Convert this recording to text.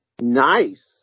Nice